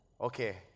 Okay